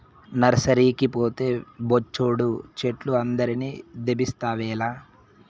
నర్సరీకి పోతే బొచ్చెడు చెట్లు అందరిని దేబిస్తావేల